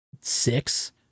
six